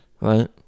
Right